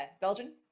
Belgian